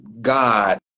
God